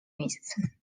месяцы